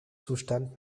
zustand